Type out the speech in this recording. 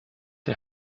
der